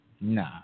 Nah